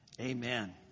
Amen